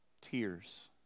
tears